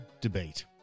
debate